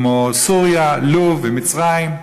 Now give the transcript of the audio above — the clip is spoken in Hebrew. כמו סוריה, לוב ומצרים.